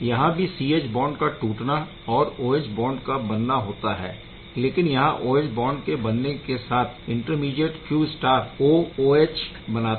यहाँ भी CH bond का टूटना और OH बॉन्ड का बनना होता है लेकिन यहाँ OH बॉन्ड के बनने के साथ इंटरमीडीएट Q O OH बनता है